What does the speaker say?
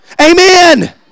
Amen